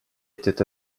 était